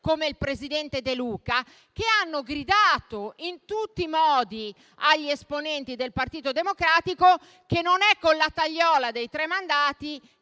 come il presidente De Luca, che hanno gridato in tutti i modi agli esponenti del Partito Democratico che non è con la tagliola dei tre mandati